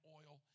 oil